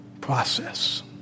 process